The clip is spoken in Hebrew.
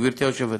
גברתי היושבת-ראש.